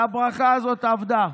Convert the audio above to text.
והברכה הזאת עבדה.